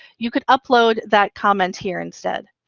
you could upload that comment here instead.